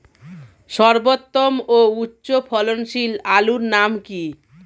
সর্বোত্তম ও উচ্চ ফলনশীল আলুর নাম কি?